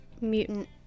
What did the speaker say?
mutant